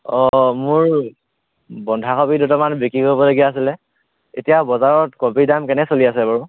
অ' মোৰ বন্ধাকবি দুটামান বিক্ৰী কৰিবলগীয়া আছিলে এতিয়া বজাৰত কবিৰ দাম কেনে চলি আছে বাৰু